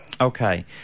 Okay